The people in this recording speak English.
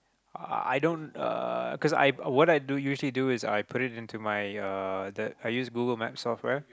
i don't uh cause I what i do usually do I put it into my uh the~ I use Google Maps software